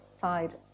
side